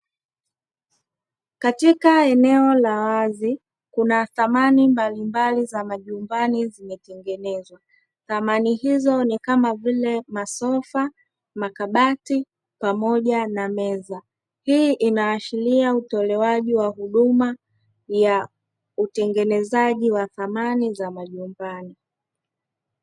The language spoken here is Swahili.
Katika eneo la wazi kuna samani mbalimbali za majumbani zimetengenezwa. Samani hizo ni kama vile masofa, makabati pamoja na meza. Hii inaashiria utolewaji wa huduma ya utengenezaji wa samani za majumbani.